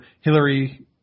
Hillary